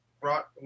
brought